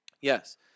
Yes